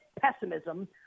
pessimism